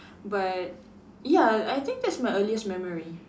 but ya I think that's my earliest memory